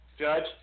Judge